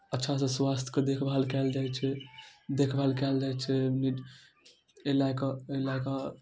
अच्छासँ स्वास्थ्यके देखभाल कएल जाइ छै देखभाल कएल जाइ छै एहि लऽ कऽ एहि लऽ कऽ